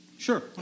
Sure